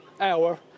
Hour